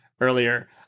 earlier